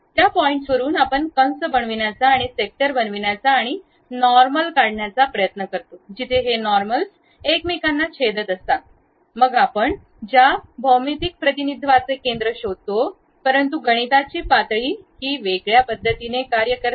त्या पॉईंटवरून आपण कंस बनवण्याचा आणि सेक्टर बनवण्याचा आणि नॉर्मल काढण्याचा प्रयत्न करतो जिथे हे नॉर्मलस एकमेकांना छेदत असतात मग आपण ज्या भौमितिक प्रतिनिधित्वाचे केंद्र शोधतो परंतु गणिताची पातळी ही वेगळ्या पद्धतीने कार्य करते